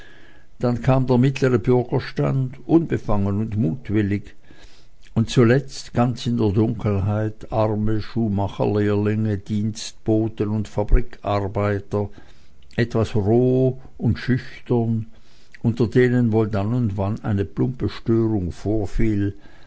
dann kam der mittlere bürgerstand unbefangen und mutwillig und zuletzt ganz in der dunkelheit arme schuhmacherlehrlinge dienstboten und fabrikarbeiter etwas roh und schüchtern unter denen wohl dann und wann eine plumpe störung vorfiel